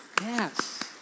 Yes